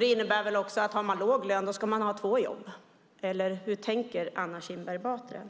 Det innebär väl också att om man har låg lön ska man ha två jobb. Eller hur tänker Anna Kinberg Batra?